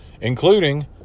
including